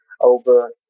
over